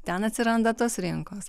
ten atsiranda tos rinkos